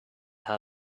how